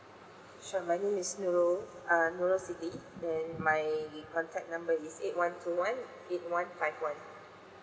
sure my name is nurul err nurul siti and my contact number is eight one two one eight one five one